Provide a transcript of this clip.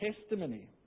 testimony